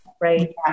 right